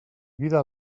vida